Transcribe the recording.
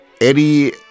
Eddie